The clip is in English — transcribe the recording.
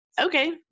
Okay